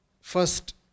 first